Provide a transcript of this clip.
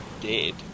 dead